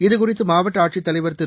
இதுகுறித்து மாவட்ட ஆட்சித் தலைவா் திரு